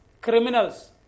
criminals